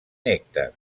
nèctar